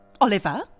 Oliver